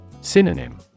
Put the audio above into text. Synonym